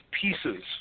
pieces